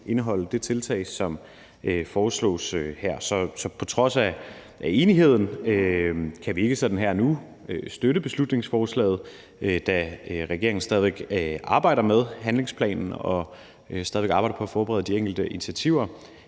indeholde det tiltag, som foreslås her. Så på trods af enigheden kan vi ikke sådan her og nu støtte beslutningsforslaget, da regeringen stadig væk arbejder med handlingsplanen og stadig væk arbejder på at forberede de enkelte initiativer.